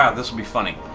ah this will be funny.